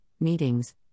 meetings